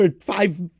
five